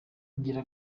ngira